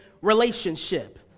relationship